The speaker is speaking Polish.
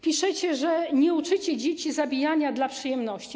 Piszecie, że nie uczycie dzieci zabijania dla przyjemności.